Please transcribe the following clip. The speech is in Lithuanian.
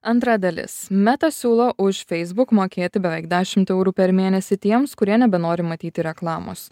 antra dalis meta siūlo už facebook mokėti beveik dešimt eurų per mėnesį tiems kurie nebenori matyti reklamos